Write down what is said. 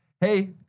Hey